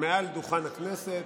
מעל דוכן הכנסת,